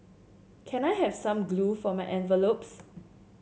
can I have some glue for my envelopes